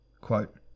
Quote